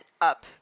up